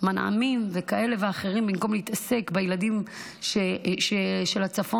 מנעמים כאלה ואחרים במקום להתעסק בילדים של הצפון,